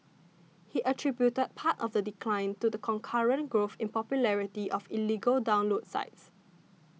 he attributed part of the decline to the concurrent growth in popularity of illegal download sites